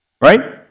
Right